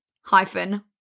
hyphen